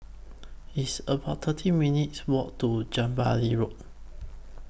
It's about thirteen minutes' Walk to Jubilee Road